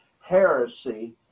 heresy